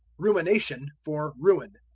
ruination for ruin.